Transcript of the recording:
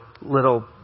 little